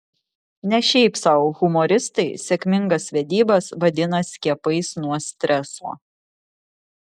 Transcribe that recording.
ne šiaip sau humoristai sėkmingas vedybas vadina skiepais nuo streso